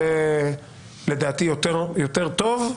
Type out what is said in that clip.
לדעתי זה יותר טוב.